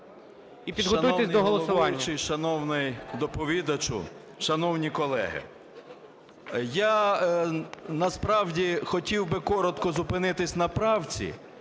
Шановний головуючий, шановний доповідачу, шановні колеги! Я насправді хотів би коротко зупинитись на правці.